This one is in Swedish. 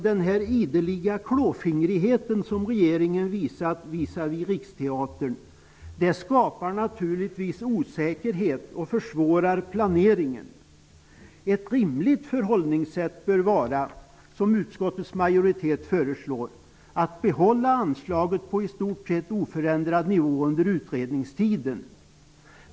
Den ideliga klåfingrighet som regeringen visat gentemot Riksteatern skapar naturligtvis osäkerhet och försvårar planeringen. Ett rimligt förhållningssätt bör vara, som utskottets majoritet föreslår, att behålla anslaget på i stort sett oförändrad nivå under utredningstiden.